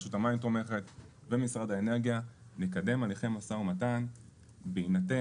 רשות המים תומכת ומשרד האנרגיה מקדם הליכי משא ומתן בינתן